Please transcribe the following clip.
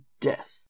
death